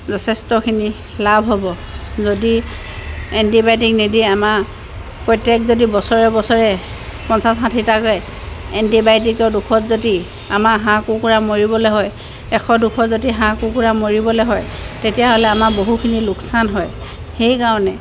যথেষ্টখিনি লাভ হ'ব যদি এণ্টিবায়'টিক নিদিয়ে আমাৰ প্ৰত্যেক যদি বছৰে বছৰে পঞ্চাচ ষাঠিটাকৈ এণ্টিবায়'টিকৰ দুখত যদি আমাৰ হাঁহ কুকুৰা মৰিবলৈ হয় এশ দুশ যদি হাঁহ কুকুৰা মৰিবলৈ হয় তেতিয়াহ'লে আমাৰ বহুখিনি লোকচান হয় সেইকাৰণে